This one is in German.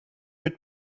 mit